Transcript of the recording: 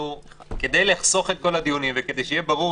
כדי לחסוך את כל הדיונים וכדי שיהיה ברור,